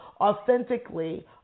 authentically